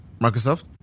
Microsoft